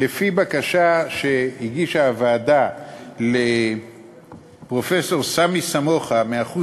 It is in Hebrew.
לפי בקשה שהגישה הוועדה לפרופסור סמי סמוחה מהחוג